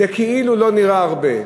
זה כאילו לא נראה הרבה.